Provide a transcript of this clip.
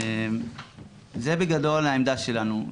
זו בגדול העמדה שלנו.